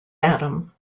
adam